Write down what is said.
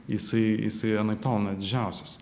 jisai jisai anaiptol ne didžiausias